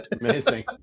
Amazing